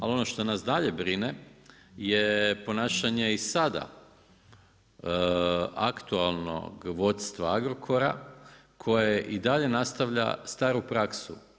Ali ono što nas dalje brine je ponašanje i sada aktualnog vodstva Agrokora koje i dalje nastavlja staru praksu.